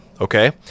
Okay